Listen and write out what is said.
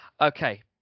Okay